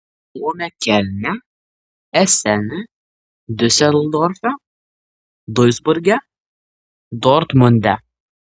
buvome kelne esene diuseldorfe duisburge dortmunde